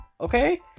okay